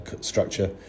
structure